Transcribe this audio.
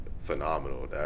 Phenomenal